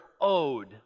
owed